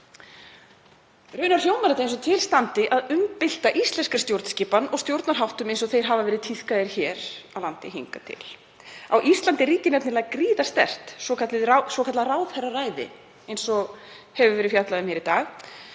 Raunar hljómar þetta eins og til standi að umbylta íslenskri stjórnskipan og stjórnarháttum eins og þeir hafa verið tíðkaðir hér á landi hingað til. Á Íslandi ríkir nefnilega gríðarsterkt ráðherraræði, sem svo er kallað, eins og